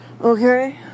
Okay